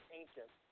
ancient